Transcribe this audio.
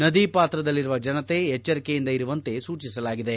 ನದಿಪಾತ್ರದಲ್ಲಿರುವ ಜನತೆ ಎಚ್ವರಿಕೆಯಿಂದ ಇರುವಂತೆ ಸೂಚಿಸಲಾಗಿದೆ